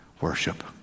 worship